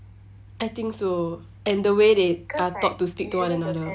I think so and the way they are taught to speak to one another